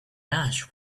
ash